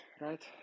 right